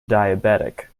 diabetic